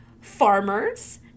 farmers